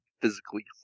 physically